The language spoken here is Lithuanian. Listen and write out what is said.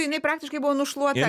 jinai praktiškai buvo nušluota